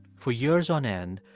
for years on end,